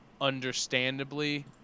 understandably